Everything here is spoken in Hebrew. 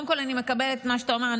קודם כול, אני מקבלת את מה שאתה אומר.